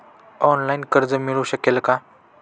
Online कर्ज मिळू शकेल का?